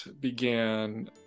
began